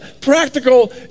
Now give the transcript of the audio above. practical